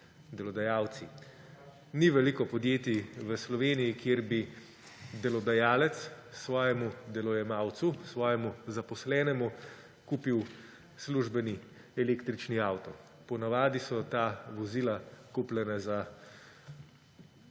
delodajalci. Ni veliko podjetij v Sloveniji, kjer bi delodajalec svojemu delojemalcu, svojemu zaposlenemu kupil službeni električni avto. Ponavadi so ta vozila kupljena za